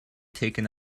taken